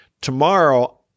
Tomorrow